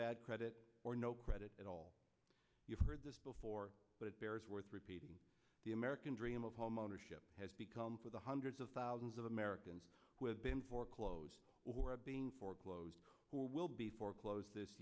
bad credit or no credit at all you've heard this before but it bears worth repeating the american dream of homeownership has become for the hundreds of thousands of americans with been foreclosed or are being foreclosed or will be foreclosed this